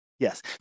Yes